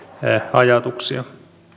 ajatuksia